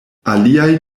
aliaj